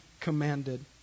commanded